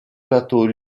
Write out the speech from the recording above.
plateau